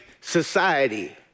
Society